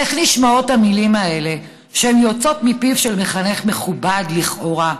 איך נשמעות המילים האלה כשהן יוצאות מפיו של מחנך מכובד לכאורה?